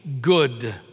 good